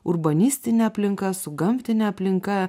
urbanistine aplinka su gamtine aplinka